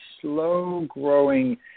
slow-growing